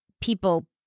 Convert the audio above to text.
people